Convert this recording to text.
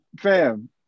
fam